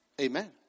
Amen